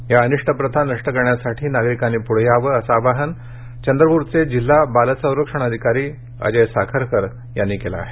या अनिष्ट प्रथा नष्ट करण्यासाठी नागरिकांनी पुढे यावं असं आवाहन चंद्रपूरचे जिल्हा बाल संरक्षण अधिकारी अजय साखरकर यांनी केलं आहे